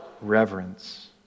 reverence